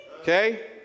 okay